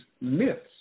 myths